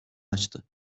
açtı